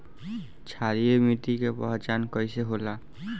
क्षारीय मिट्टी के पहचान कईसे होला?